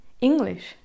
English